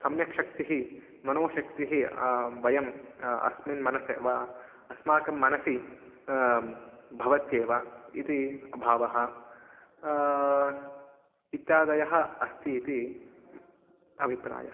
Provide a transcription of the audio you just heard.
सम्यक् शक्तिः मनोशक्तिः वयम् अस्मिन् मनसि वा अस्माकं मनसि भवत्येव इति भावः इत्यादयः अस्ति इति अभिप्रायः